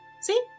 See